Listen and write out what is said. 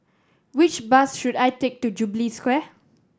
which bus should I take to Jubilee Square